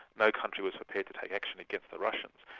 no country was prepared to take action against the russians,